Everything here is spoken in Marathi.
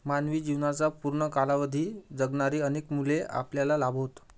मानवी जीवनाचा पूर्ण कालावधी जगणारी अनेक मुले आपल्याला लाभोत